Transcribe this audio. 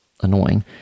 annoying